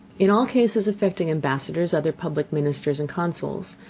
in all cases affecting ambassadors, other public ministers and consuls,